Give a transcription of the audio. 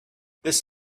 this